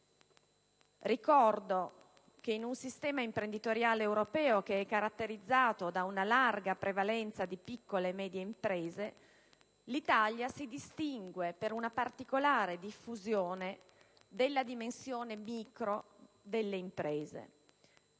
Ricordo che in un sistema imprenditoriale europeo caratterizzato da una larga prevalenza di piccole e medie imprese, l'Italia si distingue per una particolare diffusione della dimensione micro delle imprese.